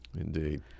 Indeed